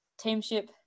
teamship